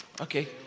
Okay